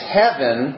heaven